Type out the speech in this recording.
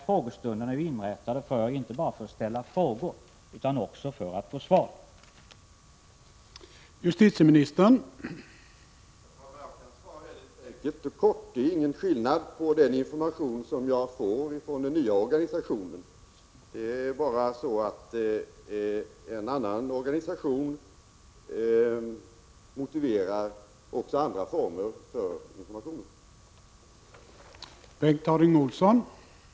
Frågestunderna har ju inrättats inte bara för att frågor skall kunna ställas utan också för att svar skall lämnas.